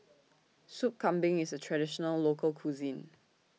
Sup Kambing IS A Traditional Local Cuisine